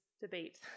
debate